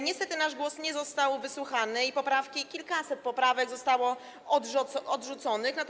Niestety, nasz głos nie został wysłuchany i poprawki, kilkaset poprawek, zostały odrzucone.